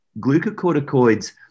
glucocorticoids